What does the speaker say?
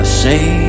say